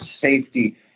safety